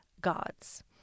gods